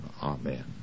Amen